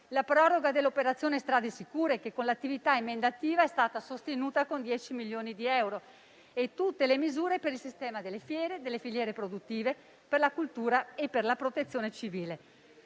la proroga dell'operazione «Strade sicure», che con l'attività emendativa è stata sostenuta con 10 milioni di euro, e tutte le misure per il sistema delle fiere, delle filiere produttive, per la cultura e per la Protezione civile.